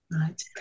Right